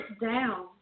down